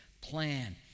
plan